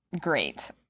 great